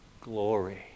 glory